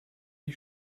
die